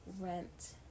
rent